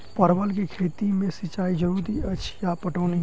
परवल केँ खेती मे सिंचाई जरूरी अछि या पटौनी?